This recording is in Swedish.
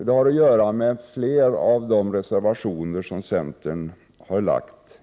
Det här tas nämligen upp i flera av de centerreservationer som finns i betänkandet.